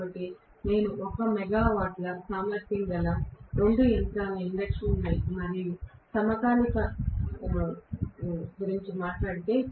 కాబట్టి నేను 1 మెగావాట్ల సామర్థ్యం గల రెండు యంత్రాల ఇండక్షన్ మరియు సమకాలిక గురించి మాట్లాడితే